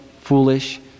foolish